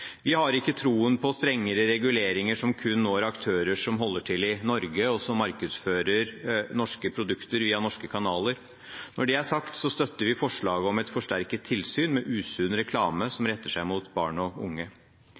Vi har ikke troen på strengere reguleringer som kun når aktører som holder til i Norge, og som markedsfører norske produkter via norske kanaler. Når det er sagt, støtter vi forslaget om et forsterket tilsyn med usunn reklame som retter seg mot barn og unge.